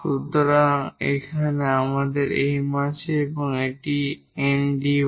সুতরাং এখানে আমাদের M আছে এবং এটি Ndy